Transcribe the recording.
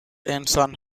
انسان